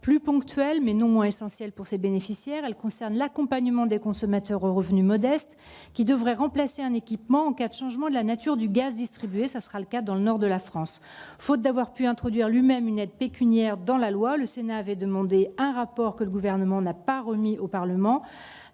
plus ponctuelle, mais non moins essentielle pour ses bénéficiaires : elle concerne l'accompagnement des consommateurs aux revenus modestes qui devraient remplacer un équipement en cas de changement de la nature du gaz distribué- tel sera le cas dans le nord de la France. Faute d'avoir pu introduire lui-même une aide pécuniaire dans la loi, le Sénat avait demandé un rapport, que le Gouvernement n'a pas remis au Parlement.